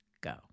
go